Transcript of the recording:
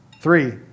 Three